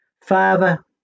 Father